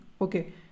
Okay